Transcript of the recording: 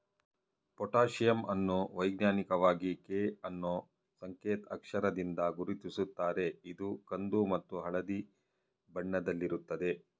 potassium ಅನ್ನು ವೈಜ್ಞಾನಿಕವಾಗಿ K ಅನ್ನೂ ಸಂಕೇತ್ ಅಕ್ಷರದಿಂದ ಗುರುತಿಸುತ್ತಾರೆ ಇದು ಕಂದು ಮತ್ತು ಹಳದಿ ಬಣ್ಣದಲ್ಲಿರುತ್ತದೆ